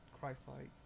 Christ-like